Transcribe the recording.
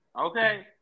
Okay